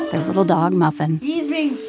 their little dog, muffin he's being